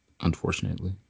unfortunately